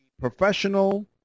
Professional